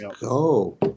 go